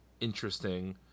interesting